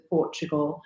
Portugal